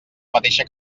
mateixa